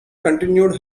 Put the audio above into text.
continued